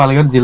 Palghar जि